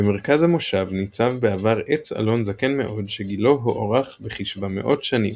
במרכז המושב ניצב בעבר עץ אלון זקן מאוד שגילו הוערך בכ־700 שנים.